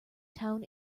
town